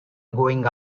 going